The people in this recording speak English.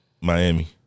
Miami